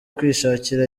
kwishakira